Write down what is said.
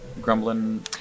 grumbling